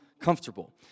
comfortable